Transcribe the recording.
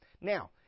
Now